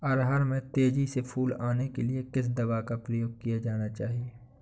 अरहर में तेजी से फूल आने के लिए किस दवा का प्रयोग किया जाना चाहिए?